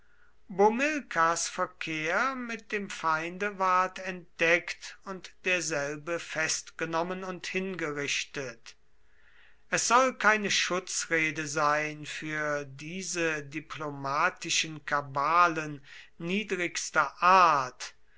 bomilkars verkehr mit dem feinde ward entdeckt und derselbe festgenommen und hingerichtet es soll keine schutzrede sein für diese diplomatischen kabalen niedrigster art